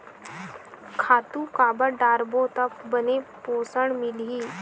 खातु काबर डारबो त बने पोषण मिलही?